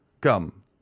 Come